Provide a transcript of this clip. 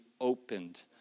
opened